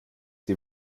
die